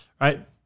right